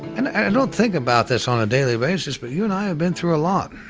and i don't think about this on a daily basis, but you and i have been through a lot.